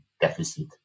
deficit